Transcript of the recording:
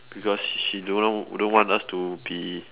because she she don't know don't want us to be